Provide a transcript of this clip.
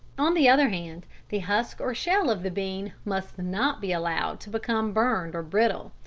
on the other hand, the husk or shell of the bean must not be allowed to become burned or brittle.